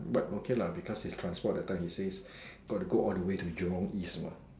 but okay lah because it's transport that time he says got to go all the way to Jurong East lah